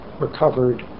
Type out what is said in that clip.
recovered